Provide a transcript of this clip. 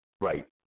Right